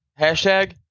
hashtag